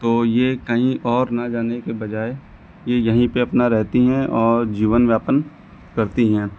तो यह कहीं और ना जाने के बजाए यह यहीं पर अपना रहती हैं और जीवन यापन करती हैं